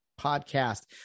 podcast